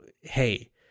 hey